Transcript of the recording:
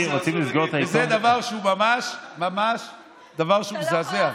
וזה דבר שהוא ממש ממש מזעזע,